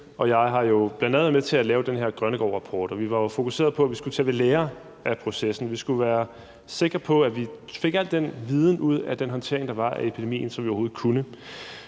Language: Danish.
jeg har jo bl.a. været med til at lave den her Grønnegårdrapport, og vi var jo fokuseret på, at vi skulle tage ved lære af processen. Vi skulle være sikre på, at vi fik al den viden ud af den håndtering, der var af epidemien, som vi overhovedet kunne.